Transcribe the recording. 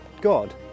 God